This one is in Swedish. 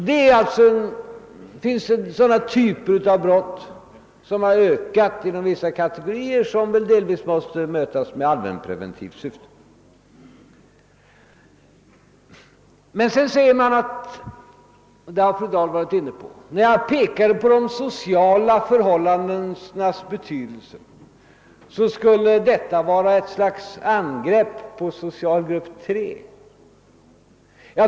Det finns alltså typer av brott som blir vanligare inom vissa kategorier och som väl delvis måste mötas med allmänpreventiva medel. Det har sagts — och det var också fru Dahl inne på — att när jag pekade på de sociala förhållandenas betydelse skulle detta vara något slags angrepp på socialgrupp 3.